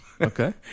Okay